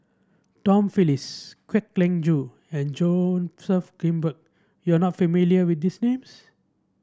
Tom Phillips Kwek Leng Joo and Joseph Grimberg you are not familiar with these names